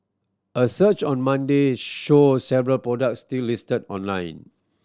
a search on Monday showed several products still listed online